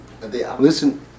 listen